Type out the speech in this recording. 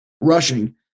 rushing